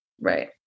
right